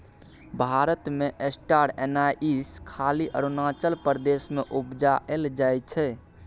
भारत मे star anise खाली अरुणाचल प्रदेश मे उपजाएल जाइ छै